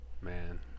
Man